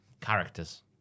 Characters